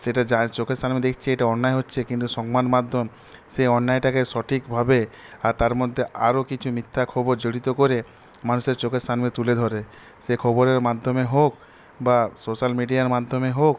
সেটা যা চোখের সামনে দেখছি এটা অন্যায় হচ্ছে কিন্তু সংবাদমাধ্যম সেই অন্যায়টাকে সঠিকভাবে আর তার মধ্যে আরও কিছু মিথ্যা খবর জড়িত করে মানুষের চোখের সামনে তুলে ধরে সেই খবরের মাধ্যমে হোক বা সোশ্যাল মিডিয়ার মাধ্যমে হোক